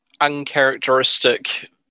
uncharacteristic